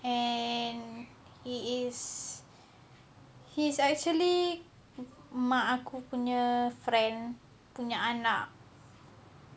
and he is he is actually mak aku punya friend punya anak